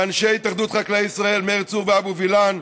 לאנשי התאחדות חקלאי ישראל מאיר צור ואבו וילן.